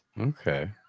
Okay